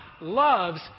loves